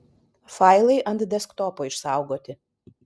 failai ant desktopo išsaugoti